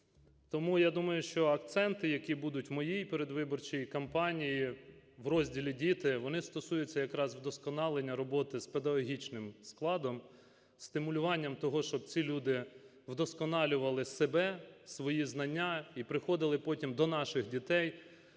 Тому я думаю, що акценти, які будуть в моїй передвиборчій кампанії в розділі "Діти", вони стосуються якраз вдосконалення роботи з педагогічним складом, стимулювання того, щоб ці люди вдосконалювали себе, свої знання і приходили потім до наших дітей